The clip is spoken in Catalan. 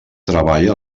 treballa